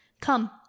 Come